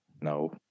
No